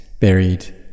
buried